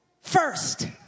first